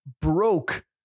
broke